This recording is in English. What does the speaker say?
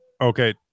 Okay